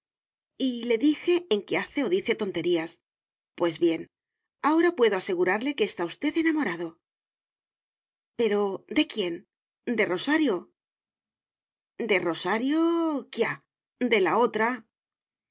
le dije en que hace o dice tonterías pues bien ahora puedo asegurarle que usted está enamorado pero de quién de rosario de rosario quia de la otra